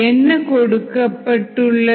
என்ன கொடுக்கப்பட்டுள்ளது